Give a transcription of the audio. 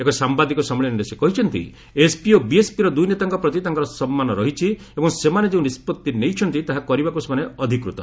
ଏକ ସାମ୍ବାଦିକ ସମ୍ମିଳନୀରେ ସେ କହିଛନ୍ତି ଏସ୍ପି ଓ ବିଏସ୍ପିର ଦୁଇ ନେତାଙ୍କ ପ୍ରତି ତାଙ୍କର ସମ୍ମାନ ରହିଛି ଏବଂ ସେମାନେ ଯେଉଁ ନିଷ୍କଭି ନେଇଛନ୍ତି ତାହା କରିବାକୁ ସେମାନେ ଅଧିକୃତ